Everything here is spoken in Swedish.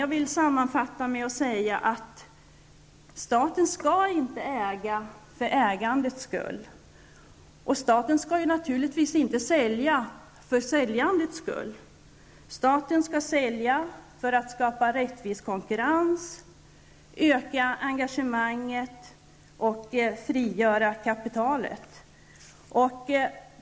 Jag vill sammanfatta med att säga att staten inte skall äga för ägandets skull. Staten skall naturligtvis inte heller sälja för säljandets skull. Staten skall sälja för att skapa rättvis konkurrens, öka engagemanget och frigöra kapital.